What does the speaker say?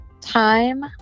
time